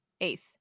eighth